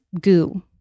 goo